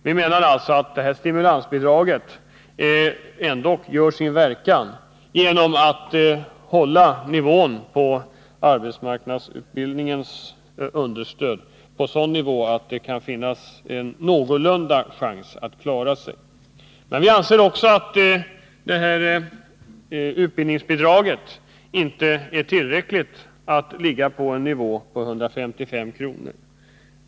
Vi anser alltså att stimulansbidraget ändock gör sin verkan genom att hålla arbetsmarknadsutbildningens understöd på en sådan nivå att det kan finnas en någorlunda stor chans för den som får det bidraget att klara sig. Vi anser vidare att utbildningsbidraget inte är tillräckligt stort när det ligger på en nivå av 155 kr.